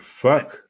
fuck